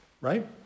Right